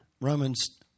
Romans